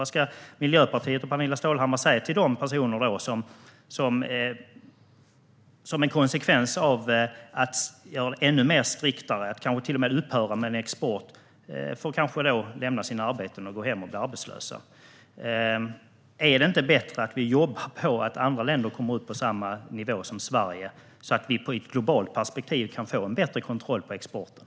Vad ska Miljöpartiet och Pernilla Stålhammar säga till dessa personer som till följd av en ännu mer strikt - kanske till och med upphörande - export får lämna sina arbeten och bli arbetslösa? Är det inte bättre att vi jobbar med att andra länder kommer upp på samma nivå som Sverige, så att man i ett globalt perspektiv kan få en bättre kontroll på exporten?